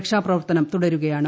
രക്ഷാപ്രവർത്തനം തുടരുകയാണ്